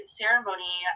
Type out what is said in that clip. ceremony